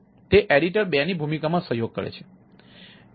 તેથી તે એડિટર 2ની ભૂમિકામાં સહયોગ કરે છે